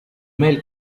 mail